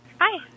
Hi